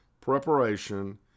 preparation